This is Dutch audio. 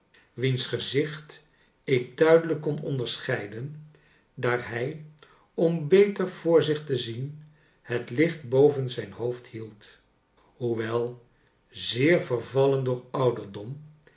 wiens gezicht ik duidelijk kon onderscheiden daar hij om beter voor zich te zien het licht boven zijn hoofd hield hoewel zeer vervallen door ouderdom